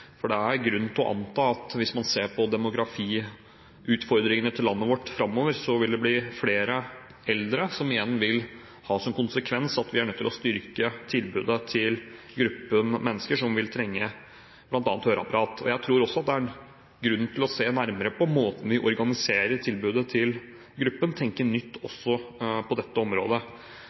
For hvis man ser på demografiutfordringene i landet vårt framover, så er det grunn til å anta at det vil bli flere eldre, som igjen vil ha som konsekvens at vi er nødt til å styrke tilbudet til den gruppen som vil trenge bl.a. høreapparat. Og jeg tror også det er grunn til å se nærmere på måten vi organiserer tilbudet til gruppen og tenke nytt også på dette området.